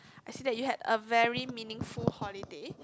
I see that you had a very meaningful holiday